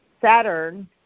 Saturn